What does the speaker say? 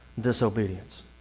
disobedience